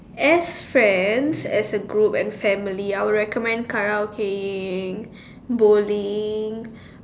as friends as a group and family I will recommend Karaoke bowling